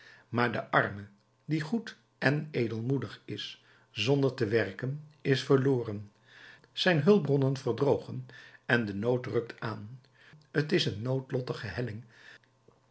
maar de arme die goed en edelmoedigheid is zonder te werken is verloren zijn hulpbronnen verdrogen en de nood rukt aan t is een noodlottige helling